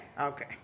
Okay